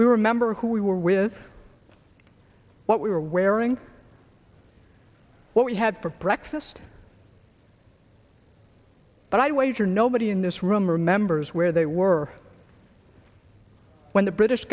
we remember who we were with what we were wearing what we had for breakfast but i wager nobody in this room remembers where they were when the british